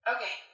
Okay